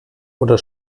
oder